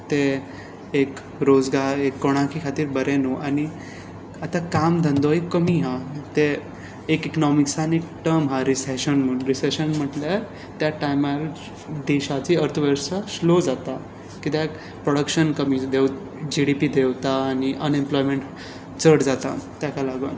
तें एक रोजगार वा काणकूय खातीर बरें न्हू आनी आतां काम धंदोय कमी हा ते एक इकनॉमिक्सांत एक टर्म हा रिसेशन म्हूण म्हटल्यार त्या टायमार देशाची अर्थ वेवस्था स्लो जाता कित्याक प्रोड्कशन कमी जी डी पी देंवता आनी अनएम्पलॉयमेंट चड जाता ताका लागून